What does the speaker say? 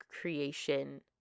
creation